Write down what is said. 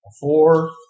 Four